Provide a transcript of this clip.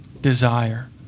desire